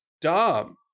dumb